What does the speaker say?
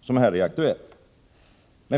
som här är aktuellt.